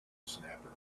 snapper